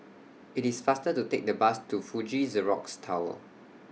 IT IS faster to Take The Bus to Fuji Xerox Tower